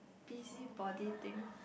busybody thing